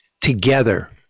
together